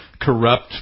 corrupt